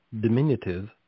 diminutive